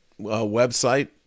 website